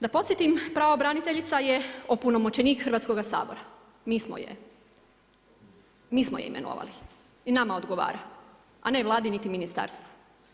Da podsjetim pravobraniteljica je opunomoćenik Hrvatskoga sabora, mi smo je imenovali i nama odgovara a ne Vladi niti ministarstvu.